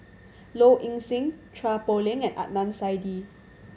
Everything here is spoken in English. Low Ing Sing Chua Poh Leng and Adnan Saidi